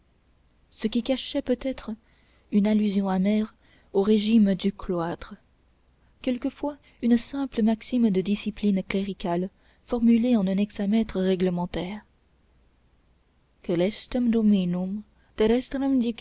ce qui cachait peut-être une allusion amère au régime du cloître quelquefois une simple maxime de discipline cléricale formulée en un hexamètre réglementaire coelestem dominum